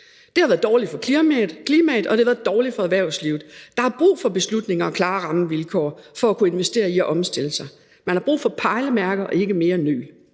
Det har været dårligt for klimaet, og det har været dårligt for erhvervslivet. Der er brug for beslutninger og klare rammevilkår for at kunne investere i at omstille sig. Man har brug for pejlemærker og ikke mere nøl.